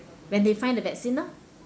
when they find the vaccine lor